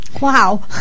wow